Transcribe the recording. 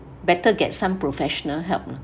better get some professional help